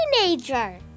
teenager